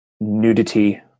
nudity